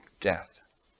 death